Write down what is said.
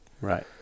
Right